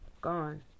gone